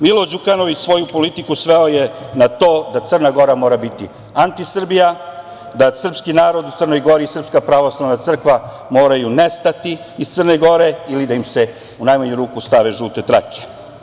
Milo Đukanović svoju politiku sveo je na to da Crna Gora mora biti antisrbija, da srpski narod u Crnoj Gori i Srpska pravoslavna crkva moraju nestati iz Crne Gore ili da im se, u najmanju ruku, stave žute trake.